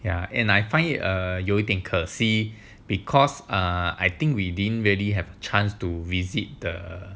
and I find it err 有点可惜 because ah I think we didn't really have a chance to visit the